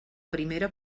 primera